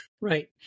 Right